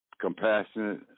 compassionate